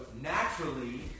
naturally